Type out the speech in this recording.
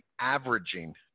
averaging